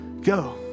go